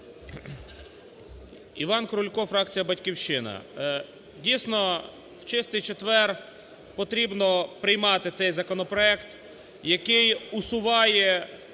Іван Крулько, фракція "Батьківщина". Дійсно в Чистий четвер потрібно приймати цей законопроект, який усуває